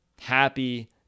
happy